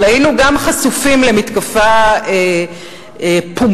אבל היינו חשופים גם למתקפה פומבית,